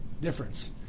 Difference